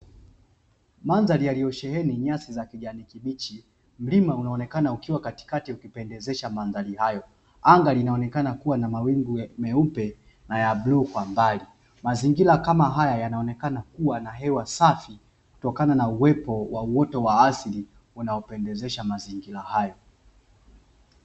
Madhari yaliyosheheni nyasi za kijani kibichi, mlima inaonekana ukiwa katikati unapendezesha madhari hayo anga linaonekana kuwa na mawingu meupe na ya bluu kwa mbali , mazingira kama haya yanaonekana kuwa na hewa safi kutokana na uwepo wa uoto asili unaopendezesha mazingira hayo.